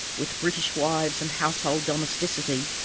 with british wives and household domesticity,